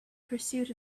pursuit